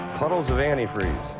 puddles of antifreeze.